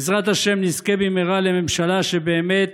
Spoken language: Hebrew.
בעזרת השם נזכה במהרה לממשלה שבאמת